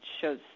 shows